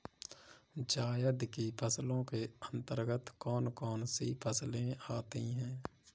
जायद की फसलों के अंतर्गत कौन कौन सी फसलें आती हैं?